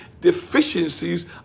deficiencies